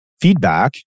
feedback